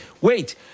wait